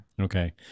okay